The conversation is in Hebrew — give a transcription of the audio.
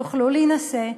יוכלו להינשא,